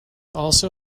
also